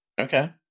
Okay